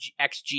XG